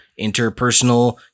interpersonal